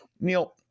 neil